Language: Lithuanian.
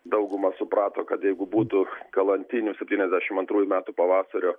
dauguma suprato kad jeigu būtų kalantinių septyniasdešimt antrųjų metų pavasario